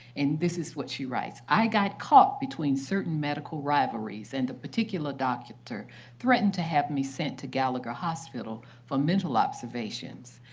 and this is what she writes. i got caught between certain medical rivalries. and the particular doctor threatened to have me sent to gallagher hospital for mental observations.